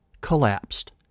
collapsed